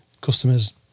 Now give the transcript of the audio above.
customers